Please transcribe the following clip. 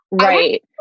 right